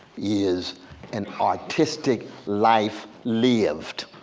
is an artistic life lived,